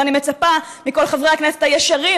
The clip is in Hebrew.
ואני מצפה מכל חברי הכנסת הישרים,